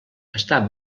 està